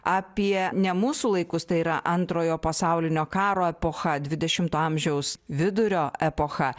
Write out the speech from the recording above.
apie ne mūsų laikus tai yra antrojo pasaulinio karo epocha dvidešimto amžiaus vidurio epocha